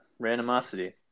randomosity